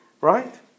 right